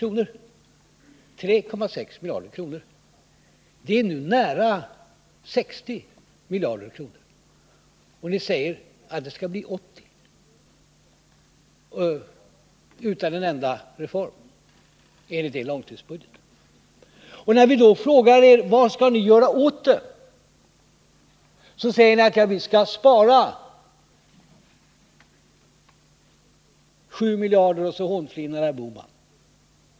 Det är nu nära 60 miljarder, och enligt er långtidsbudget skall det, utan en enda reform, bli 80 miljarder. När vi då frågar vad ni skall göra åt detta säger ni: Vi skall spara 7 miljarder, och så hånflinar herr Bohman.